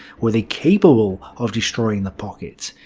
were they capable of destroying the pocket?